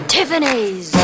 Tiffany's